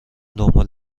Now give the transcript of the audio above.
دنبال